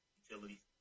utilities